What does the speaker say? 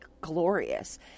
glorious